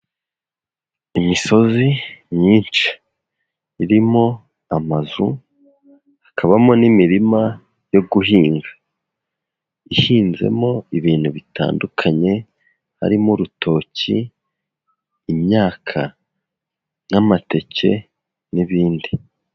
Imisozi myinshi irimo amazu, hakabamo n'imirima yo guhinga, ihinzemo ibintu bitandukanye, harimo urutoki, imyaka n'amateke n'ibindi.